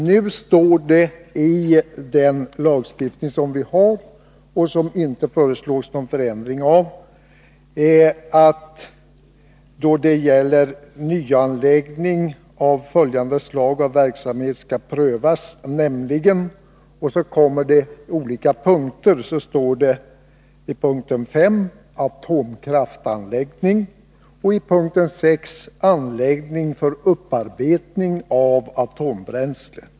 Det står i den nuvarande lagstiftningen, där det inte föreslås någon förändring: ”Nyanläggning av följande slag av verksamhet skall prövas, nämligen —-—--.” Sedan kommer det olika punkter, och det står i p. 5 ”atomkraftanläggning” och i p. 6 ”anläggning för upparbetning av atombränsle”.